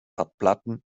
erdplatten